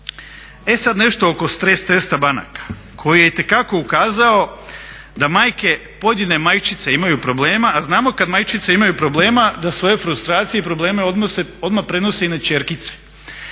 E sad nešto oko stres testa banaka koji je itekako ukazao da majke pojedine majčice imaju problema a znamo kad majčice imaju problema da svoje frustracije i probleme odmah prenose i na kćerkice.